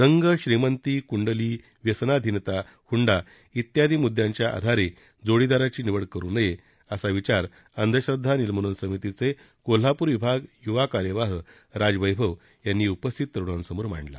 रंग श्रीमंती कुंडली हुंडा इत्यादी मुद्दयांच्या आधारे जोडीदाराची निवड करू कये असा विचार अंधश्रद्वा निर्मूलन समितीचे कोल्हापूर विभाग युवा कार्यवाह राजवप्रबि यांनी उपस्थित तरूणांसमोर मांडला